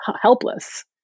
helpless